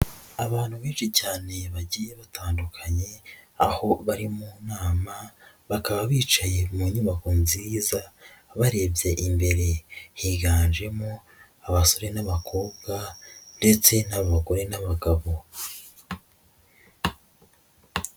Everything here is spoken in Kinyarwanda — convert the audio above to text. Abantu benshi cyane bagiye batandukanye aho bari mu nama bakaba bicaye mu nyubako nziza barebye imbere, higanjemo abasore n'abakobwa ndetse n'abagore n'abagabo.